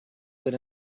that